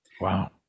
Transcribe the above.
Wow